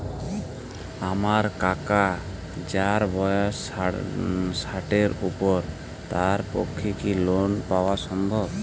আমার কাকা যাঁর বয়স ষাটের উপর তাঁর পক্ষে কি লোন পাওয়া সম্ভব?